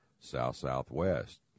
south-southwest